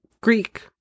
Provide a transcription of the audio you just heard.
greek